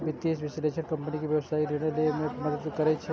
वित्तीय विश्लेषक कंपनी के व्यावसायिक निर्णय लए मे मदति करै छै